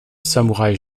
samouraï